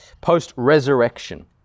post-resurrection